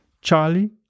Charlie